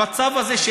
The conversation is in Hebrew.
המצב הזה,